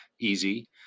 easy